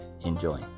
Enjoy